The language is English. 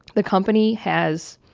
the company has